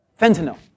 Fentanyl